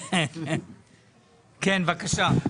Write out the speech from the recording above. כן, בבקשה.